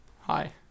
hi